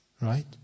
Right